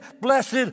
blessed